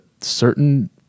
certain